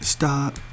Stop